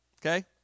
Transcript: Okay